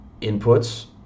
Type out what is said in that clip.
inputs